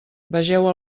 vegeu